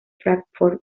fráncfort